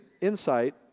insight